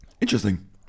Interesting